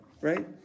right